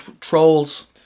trolls